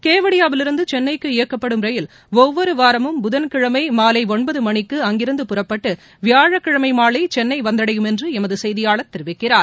கெவாடியாவிலிருந்து கென்னைக்கு இயக்கப்படும் ரயில் ஒவ்வொரு வாரமும் புதன்கிழமை மாலை ஒன்பது மணிக்கு அங்கிருந்து புறப்பட்டு வியாழக்கிழமை மாலை சென்னை வந்தடையும் என்று எமது செய்தியாளர் தெரிவிக்கிறார்